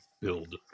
build